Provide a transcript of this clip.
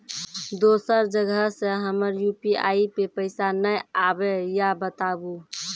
दोसर जगह से हमर यु.पी.आई पे पैसा नैय आबे या बताबू?